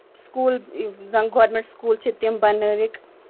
school زَن government school چھِ تِم بَنٲوِکھ